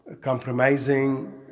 compromising